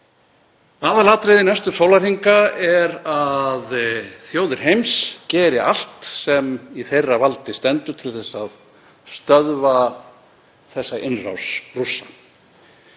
Aðalatriðið næstu sólarhringa er að þjóðir heims geri allt sem í þeirra valdi stendur til að stöðva þessa innrás Rússa